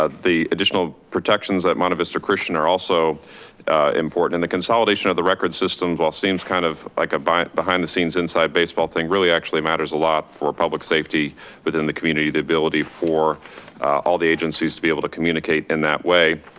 ah the additional protections that monte vista christian are also important and the consolidation of the record system, while seems kind of like a behind the scenes inside baseball thing really actually matters a lot for public safety within the community, the ability for all the agencies to be able to communicate in that way.